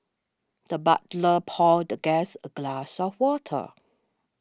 the butler poured the guest a glass of water